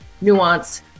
nuance